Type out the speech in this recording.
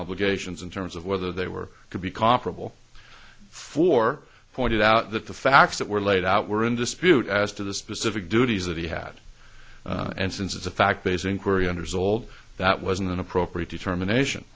obligations in terms of whether they were could be comparable for pointed out that the facts that were laid out were in dispute as to the specific duties that he had and since it's a fact based inquiry under the old that was an appropriate determination